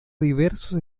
diversos